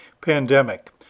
pandemic